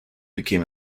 became